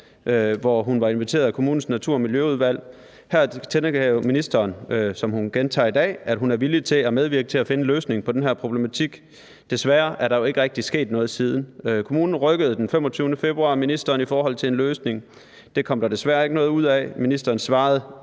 hvor hun var inviteret af kommunens natur- og miljøudvalg. Her tilkendegav ministeren, hvilket hun gentager i dag, at hun er villig til at medvirke til at finde en løsning på den her problematik. Desværre er der jo ikke rigtig sket noget siden. Kommunen rykkede den 25. februar ministeren i forhold til en løsning. Det kom der desværre ikke noget ud af. Det eneste,